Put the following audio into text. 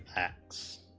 acts